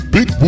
Big